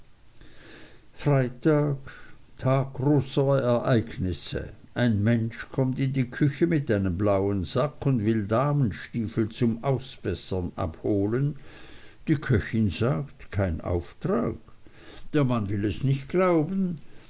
freitag tag großer ereignisse ein mensch kommt in die küche mit einem blauen sack und will damenstiefel zum ausbessern abholen die köchin sagt kein auftrag der mann will es nicht glauben